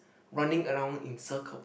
running around in circles